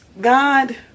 God